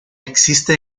existe